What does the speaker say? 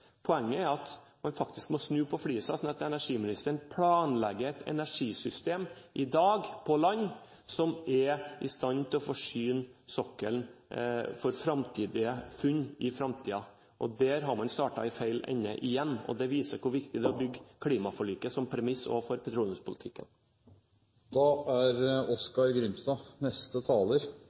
Poenget er at man faktisk må snu på flisa, sånn at energiministeren planlegger et energisystem i dag, på land, som er i stand til å forsyne sokkelen for framtidige funn. Der har man startet i feil ende igjen. Det viser hvor viktig det er å bygge klimaforliket som premiss overfor petroleumspolitikken. Oskar J. Grimstad har hatt ordet to ganger tidligere og